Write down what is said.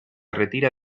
retira